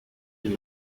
did